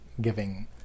giving